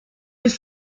was